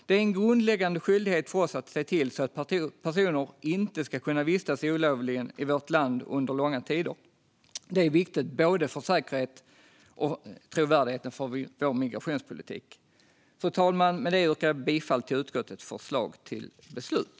Det är en grundläggande skyldighet för oss att se till att personer inte ska kunna vistas olovligen i vårt land under långa tider. Det är viktigt både för säkerheten och för trovärdigheten för vår migrationspolitik. Fru talman! Med det yrkar jag bifall till utskottets förslag till beslut.